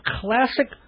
classic